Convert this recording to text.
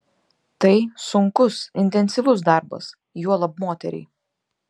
tai sunkus intensyvus darbas juolab moteriai